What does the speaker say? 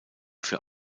für